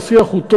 השיח הוא טוב,